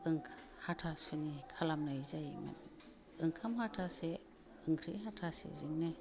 हाथासुनि खालामनाय जायोमोन ओंखाम हाथासे ओंख्रि हाथासेजोंनो